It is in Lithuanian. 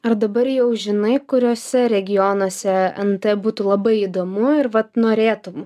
ar dabar jau žinai kuriuose regionuose nt būtų labai įdomu ir vat norėtum